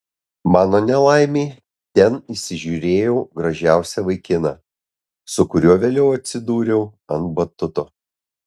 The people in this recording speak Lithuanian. mano nelaimei ten įsižiūrėjau gražiausią vaikiną su kuriuo vėliau atsidūriau ant batuto